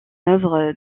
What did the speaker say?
œuvre